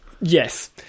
Yes